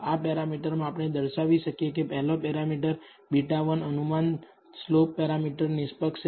આ પેરામીટર માં આપણે દર્શાવી શકીએ કે પહેલો પેરામીટર β1 અનુમાન સ્લોપ પેરામીટર નિષ્પક્ષ છે